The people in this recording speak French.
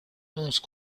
onze